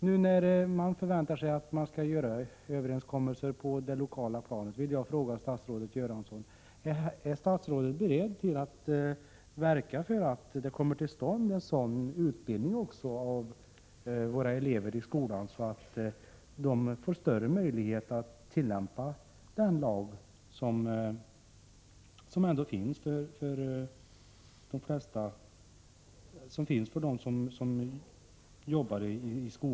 Nu när det förväntas att man skall komma fram till överenskommelser på det lokala planet vill jag fråga statsrådet Göransson om han är beredd att verka för att det kommer till stånd en sådan utbildning av eleverna i skolan så att det blir större möjlighet att tillämpa den lag som ändå gäller för de flesta som jobbar där.